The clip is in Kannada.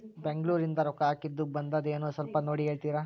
ಬೆಂಗ್ಳೂರಿಂದ ರೊಕ್ಕ ಹಾಕ್ಕಿದ್ದು ಬಂದದೇನೊ ಸ್ವಲ್ಪ ನೋಡಿ ಹೇಳ್ತೇರ?